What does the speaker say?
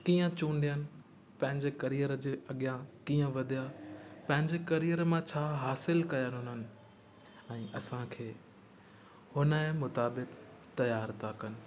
कीअं चूंडियनि पंहिंजे करीअर जे अॻियां कीअं वधिया पंहिंजे करीअर मां छा हासिलु कयनि हुननि ऐं असांखे उन जे मुताबिक़ि तयार था कनि